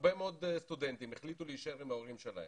הרבה מאוד סטודנטים החליטו להישאר עם ההורים שלהם,